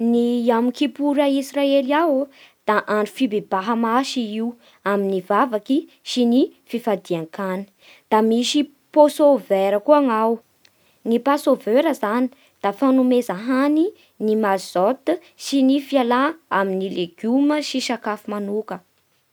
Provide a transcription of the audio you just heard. Ny Yom Kippur a Israely aô da andro fibebaha masy i io amin'ny vavaky sy fifadian-kany. Da misy possover koa gn'ao. Ny passover zany da fanomeza hany ny mazôty sy ny fialà amin'ny legioma sy sakafo manoka.